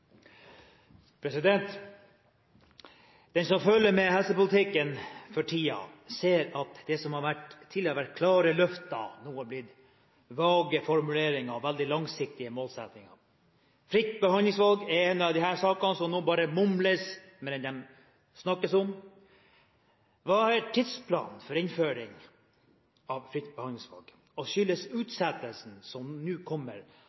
Den som følger med på helsepolitikken for tiden, ser at det som tidligere har vært klare løfter, nå har blitt vage formuleringer og veldig langsiktige målsettinger. Fritt behandlingsvalg er en av disse sakene som det nå bare mumles om, mer enn det snakkes om. Hva er tidsplanen for innføring av fritt behandlingsvalg, og skyldes utsettelsen som kommer